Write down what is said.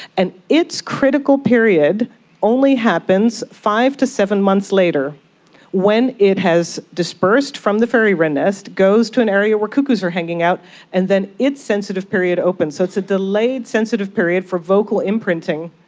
and its critical period only happens five to seven months later when it has dispersed from the fairy wren nest, goes to an area where cuckoos are hanging out and then its sensitive period opens. so it's a delayed sensitive period for vocal imprinting.